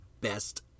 Best